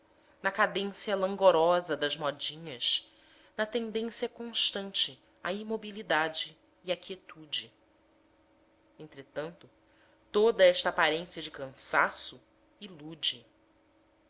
na cadência langorosa das modinhas na tendência constante à imobilidade e à quietude entretanto toda esta aparência de cansaço ilude